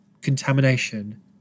contamination